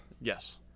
Yes